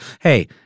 Hey